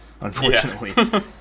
unfortunately